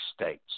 states